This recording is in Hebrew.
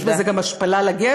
כשיש בזה גם השפלה לגבר